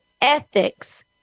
ethics